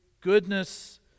goodness